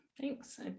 Thanks